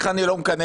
אז כפי